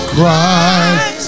Christ